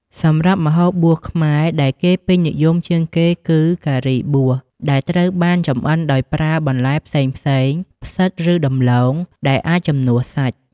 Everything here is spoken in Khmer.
សម្រាប់ម្ហូបបួសខ្មែរដែលគេពេញនិយមជាងគេគឺ "ការីបួស" ដែលត្រូវបានចម្អិនដោយប្រើបន្លែផ្សេងៗ ផ្សិត ឬដំឡូង ដែលអាចជំនួសសាច់។